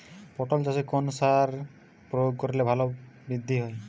পটল চাষে কোন কোন সার প্রয়োগ করলে ফলন বৃদ্ধি পায়?